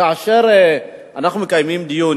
כאשר אנחנו מקיימים דיון,